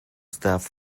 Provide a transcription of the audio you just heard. stuff